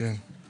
יש עוד שאלות?